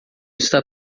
está